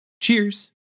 cheers